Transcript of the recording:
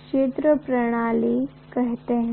क्षेत्र प्रणाली कहते हैं